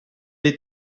est